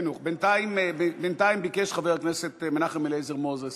בינתיים, ביקש חבר הכנסת מנחם אליעזר מוזס